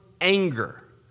anger